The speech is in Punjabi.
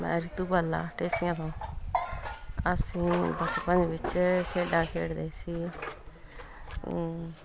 ਮੈਂ ਰਿਤੂ ਬਾਲਾ ਢ਼ੇਸਿਆਂ ਤੋਂ ਅਸੀਂ ਬਚਪਨ ਵਿੱਚ ਖੇਡਾਂ ਖੇਡਦੇ ਸੀ